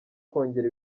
kongera